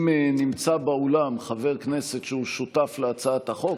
אם נמצא באולם חבר כנסת שהוא שותף להצעת החוק,